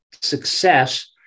success